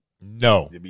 No